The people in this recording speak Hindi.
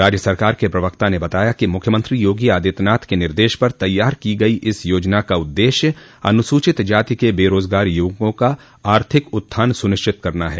राज्य सरकार के प्रवक्ता ने बताया कि मुख्यमंत्री योगी आदित्यनाथ के निर्देश पर तैयार की गई इस योजना का उद्देश्य अनुसूचित जाति के बेरोज़गार यवकों का आर्थिक उत्थान सुनिश्चित करना है